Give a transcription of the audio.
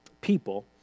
people